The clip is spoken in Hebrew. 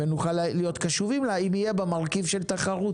ונוכל להיות קשובים לה אם יהיה בה מרכיב של תחרות.